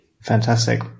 fantastic